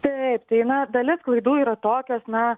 taip tai na dalis klaidų yra tokios na